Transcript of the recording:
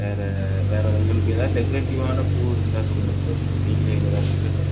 வேறு வேறு உங்களுக்கு எஏதாவது டெக்ரேட்டீவ்வான பூ இருந்தால் சொல்லுங்கள் ப்ரோ நீங்களே ஏதாவது ப்ரிஃபெர் பண்ணுங்கள்